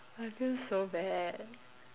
I feel so bad